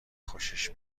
خوشش